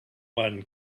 one